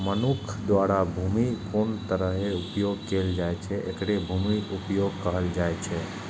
मनुक्ख द्वारा भूमिक कोन तरहें उपयोग कैल जाइ छै, एकरे भूमि उपयोगक कहल जाइ छै